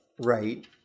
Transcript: Right